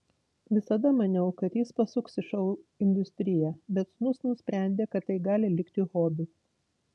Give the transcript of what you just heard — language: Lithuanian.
visada maniau kad jis pasuks į šou industriją bet sūnus nusprendė kad tai gali likti hobiu